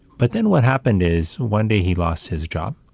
but then what happened is one day he lost his job.